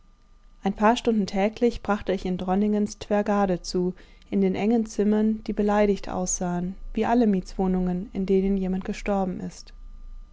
ein paar stunden täglich brachte ich in dronningens tvrgade zu in den engen zimmern die beleidigt aussahen wie alle mietswohnungen in denen jemand gestorben ist